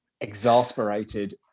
exasperated